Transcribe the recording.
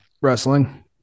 wrestling